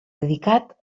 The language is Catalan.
dedicat